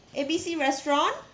A B C restaurant